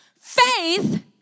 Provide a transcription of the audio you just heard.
faith